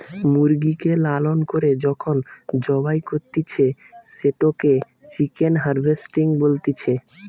মুরগিকে লালন করে যখন জবাই করতিছে, সেটোকে চিকেন হার্ভেস্টিং বলতিছে